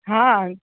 હા